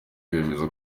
bemeza